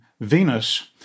Venus